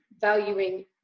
valuing